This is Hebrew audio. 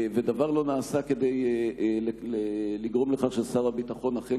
ודבר לא נעשה כדי לגרום לכך ששר הביטחון אכן